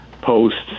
posts